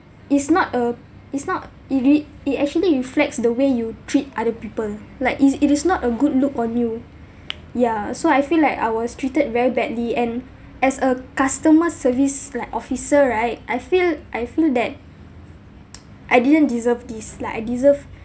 it's not a it's not elite it actually reflects the way you treat other people like it's it is not a good look on you ya so I feel like I was treated very badly and as a customer service like officer right I feel I feel that I didn't deserve this like I deserve